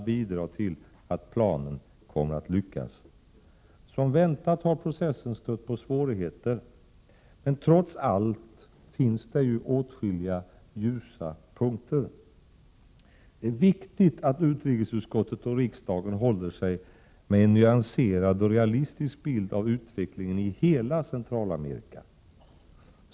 1987/88:129 bidra till att planen kommer att lyckas. 30 maj 1988 Som väntat har processen stött på svårigheter. Men trots allt finns det ju åtskilliga ljusa punkter. Det är viktigt att utrikesutskottet och riksdagen i övrigt håller sig med en nyanserad och realistisk bild av utvecklingen i hela Centralamerika.